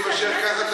אם זה יימשך ככה,